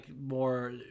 more